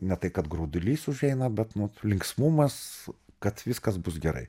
ne tai kad graudulys užeina bet nu linksmumas kad viskas bus gerai